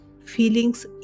feelings